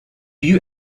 you